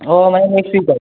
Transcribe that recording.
অঁ মানে